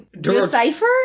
decipher